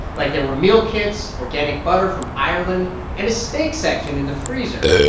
like, there were meal kits, organic butter from ireland and a steak section in the freezer.